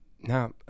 now